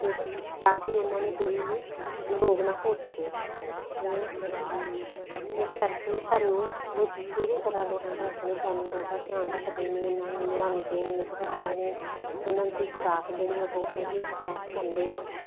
ਤੇ ਤਾਂ ਕਿ ਉਹਨਾਂ ਨੂੰ ਕੋਈ ਵੀ ਰੋਗ ਨਾ ਹੋ ਸਕੇ ਤੇ ਇਸ ਕਰਕੇ ਸਾਨੂੰ ਪੂਰੀ ਤਰਹਾਂ ਦੇ ਨਾਲ ਆਪਣੇ ਜਾਨਵਰਾਂ ਦਾ ਧਿਆਨ ਰੱਖਦੇ ਨੇ ਉਹਨਾਂ ਨੂੰ ਨਵਾਉਂਦੇ ਨੇ ਧਵਾਂਦੇ ਨੇ ਉਹਨਾਂ ਦੀ ਖੁਰਾਕ ਜਿਹੜੀ ਉਹ ਬਹੁਤ ਵਧੀਆ ਖੁਰਾਕ ਪਾਂਦੇ ਨੇ